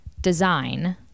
design